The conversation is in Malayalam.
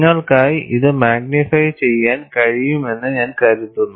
നിങ്ങൾക്കായി ഇത് മാഗ്നിഫൈ ചെയ്യാൻ കഴിയുമെന്ന് ഞാൻ കരുതുന്നു